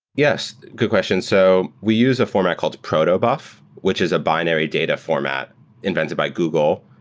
yes, good question. so we use a format called protobuf, which is a binary data format invented by google,